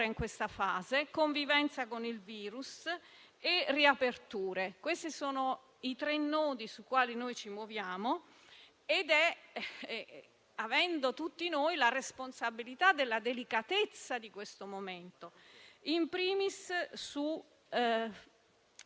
In questa fase, per tenere insieme i tre nodi (prudenza, convivenza e riapertura) dobbiamo tenere insieme salute, lavoro, scuola e trasporti. Qual è oggi il compito della politica a mio avviso? Fare in modo